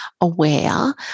aware